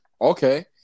Okay